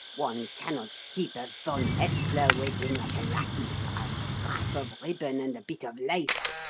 one cannot keep a von hetzler waiting like a lackey for a scrap of ribbon and a bit of lace.